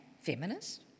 feminist